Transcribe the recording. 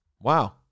Wow